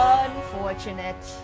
unfortunate